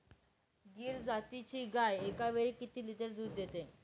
गीर जातीची गाय एकावेळी किती लिटर दूध देते?